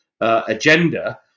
Agenda